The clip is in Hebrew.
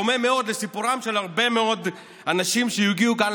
דומה מאוד לסיפורם של הרבה מאוד אנשים שהגיעו לכאן,